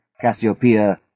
Cassiopeia